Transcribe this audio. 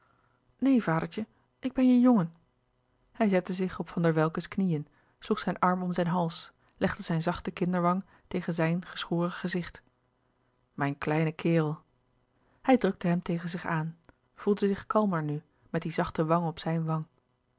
neen vadertje ik ben je jongen hij zette zich op van der welcke's knieën sloeg zijn arm om zijn hals legde zijn zachte kinderwang tegen zijn geschoren gezicht mijn kleine kerel louis couperus de boeken der kleine zielen hij drukte hem tegen zich aan voelde zich kalmer nu met die zachte wang op zijn wang